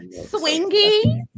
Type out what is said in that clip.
swingy